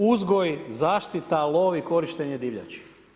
Uzgoj, zaštita, lov i korištenje divljači.